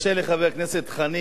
חבר הכנסת חנין,